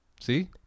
See